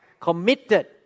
committed